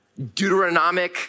Deuteronomic